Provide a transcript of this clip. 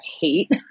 hate